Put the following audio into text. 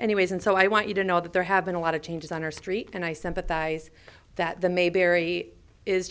anyways and so i want you to know that there have been a lot of changes on our street and i sympathize that the mayberry is